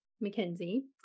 Mackenzie